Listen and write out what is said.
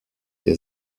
der